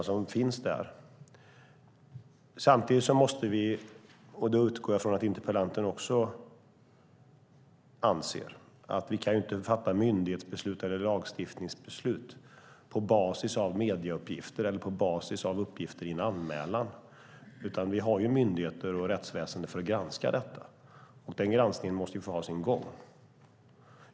Samtidigt måste vi, och det utgår jag från att interpellanten också anser, att vi inte kan fatta myndighetsbeslut eller lagstiftningsbeslut på basis av medieuppgifter eller på basis av uppgifter i en anmälan. Vi har myndigheter och rättsväsen för att granska detta, och den granskningen måste få ha sin gång.